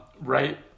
right